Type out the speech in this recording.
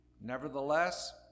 Nevertheless